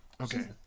Okay